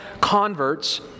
converts